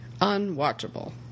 Unwatchable